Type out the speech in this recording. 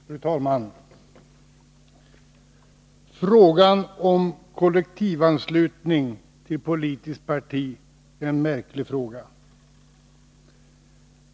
Fru talman! Frågan om kollektivanslutning till politiskt parti är en märklig fråga!